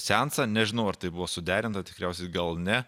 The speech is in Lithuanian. seansą nežinau ar tai buvo suderinta tikriausiai gal ne